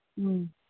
ꯎꯝ